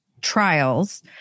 trials